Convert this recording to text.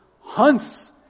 hunts